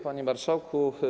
Panie Marszałku!